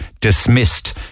dismissed